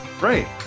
Right